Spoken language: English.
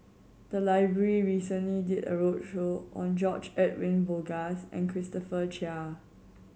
the library recently did a roadshow on George Edwin Bogaars and Christopher Chia